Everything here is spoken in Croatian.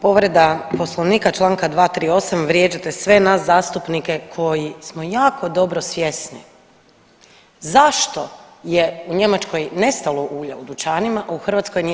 Povreda Poslovnika čl. 238, vrijeđate sve nas zastupnike koji smo jako dobro svjesni zato je u Njemačkoj nestalo ulja u dućanima, a u Hrvatskoj nije.